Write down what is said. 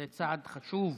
זה צעד חשוב.